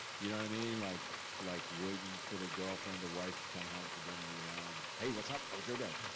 you know what i mean? like like waiting for the girlfriend wife to come home for dinner. you know, hey, what's up? how was your day?